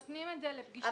נותנים את זה לפגישה ראשונה.